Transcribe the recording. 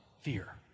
fear